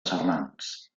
serrans